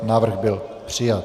Návrh byl přijat.